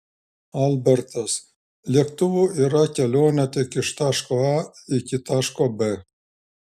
albertas lėktuvu yra kelionė tik iš taško a iki taško b